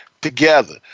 together